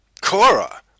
Cora